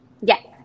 Yes